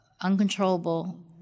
uncontrollable